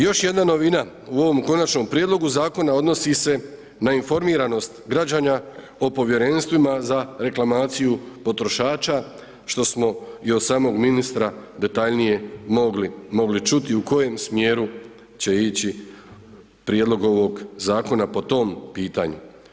Još jedna novina, u ovom Konačnom prijedlogu Zakona odnosi se na informiranost građana o Povjerenstvima za reklamaciju potrošača, što smo i od samog ministra detaljnije mogli čuti, u kojem smjeru će ići prijedlog ovog Zakona po tom pitanju.